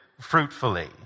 fruitfully